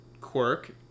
quirk